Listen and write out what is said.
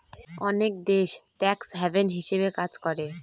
অনেক দেশ tax haven হিসাবে কাজ করে